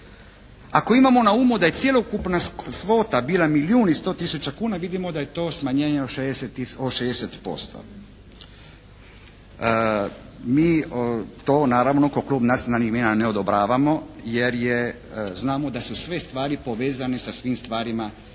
Ako imamo na umu da je cjelokupna svota bila milijun i 100 tisuća kuna vidimo da je to smanjenje od 60%. Mi to naravno kao Klub nacionalnih manjina ne odobravamo jer znamo da su sve stvari povezane sa svim stvarima